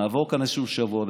נעבור כאן איזשהו שבוע,